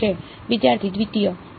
વિદ્યાર્થી દ્વિતીય